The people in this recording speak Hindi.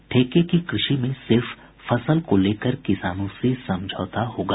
ठेके की कृषि में सिर्फ फसल को लेकर किसानों से समझौता होगा